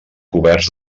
cobertes